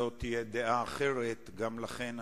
הייתי רוצה מאוד לתת, אבל אנחנו מאוד לחוצים.